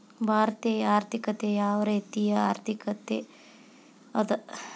ಭಾರತೇಯ ಆರ್ಥಿಕತೆ ಯಾವ ರೇತಿಯ ಆರ್ಥಿಕತೆ ಅದ?